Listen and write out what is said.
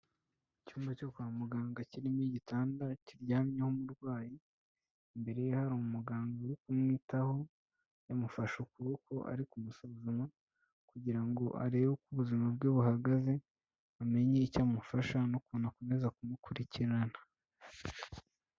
Icyumba cyo kwa muganga kirimo igitanda kiryamyeho umurwayi, imbere ye hari umuganga uri kumwitaho, yamufashe ukuboko ari kumusuzuma kugira ngo arebe uko ubuzima bwe buhagaze, amenye icyo amufasha n'ukuntu akomeza kumukurikirana.